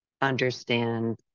understand